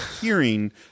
hearing